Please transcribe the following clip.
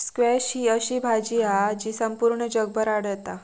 squash ही अशी भाजी हा जी संपूर्ण जगभर आढळता